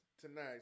tonight